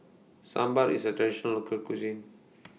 Sambar IS A Traditional Local Cuisine